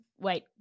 wait